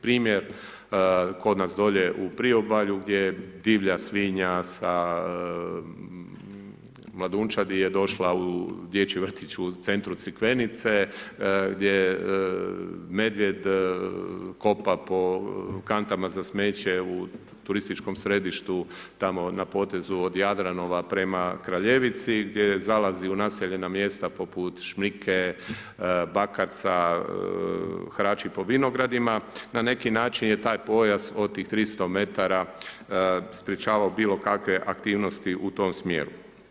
Primjer kod nas dolje u priobalju gdje divlja svinja sa mladunčadi je došla u dječji vrtić u centru Crikvenice, gdje medvjed kopa po kantama za smeće u turističkom središtu, tamo na potezu od Jadranova prema Kraljevici, gdje zalazi u naseljena mjesta poput Šmrike, Bakarca, harači po vinogradima, na neki način je taj pojas od tih 300 metara sprječavao bilo kakve aktivnosti u tom smjeru.